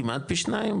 כמעט פי שניים,